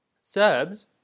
Serbs